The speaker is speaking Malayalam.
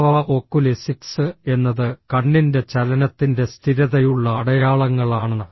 അഥവ ഒക്കുലെസിക്സ് എന്നത് കണ്ണിന്റെ ചലനത്തിന്റെ സ്ഥിരതയുള്ള അടയാളങ്ങളാണ്